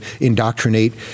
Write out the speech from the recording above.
indoctrinate